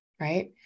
Right